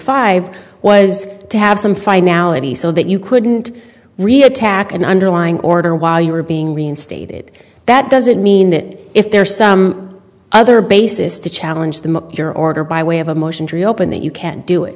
five was to have some finality so that you couldn't really attack an underlying order while you were being reinstated that doesn't mean that if there are some other basis to challenge them up your order by way of a motion to reopen that you can't do it